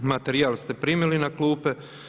Materijal ste primili na klupe.